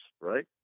Right